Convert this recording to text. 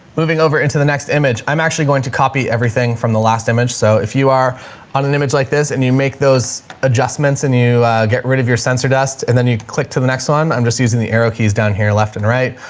moving over into the next image, i'm actually going to copy everything from the last image. so if you are on an image like this and you make those adjustments and you get rid of your sensor desks and then you can click to the next one. i'm just using the arrow keys down here left and right.